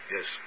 Yes